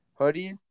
Hoodies